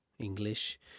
English